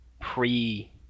pre-